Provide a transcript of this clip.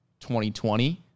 2020